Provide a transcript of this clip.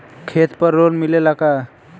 खेत पर लोन मिलेला का?